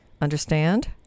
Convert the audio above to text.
Understand